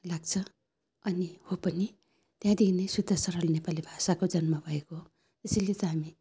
लाग्छ अनि हो पनि त्यहाँदेखि नै शुद्ध सरल नेपाली भाषाको जन्म भएको हो यसैले त हामी